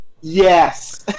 yes